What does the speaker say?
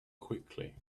quickly